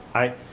i.